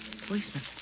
Policeman